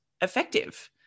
effective